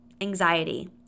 anxiety